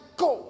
go